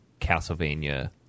Castlevania